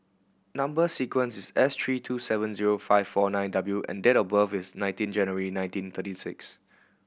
number sequence is S three two seven zero five four nine W and date of birth is nineteen January nineteen thirty nine